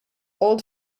old